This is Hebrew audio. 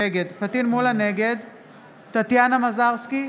נגד טטיאנה מזרסקי,